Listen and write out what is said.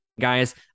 Guys